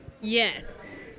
yes